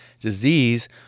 disease